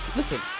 listen